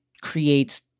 creates –